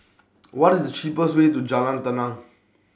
What IS The cheapest Way to Jalan Tenang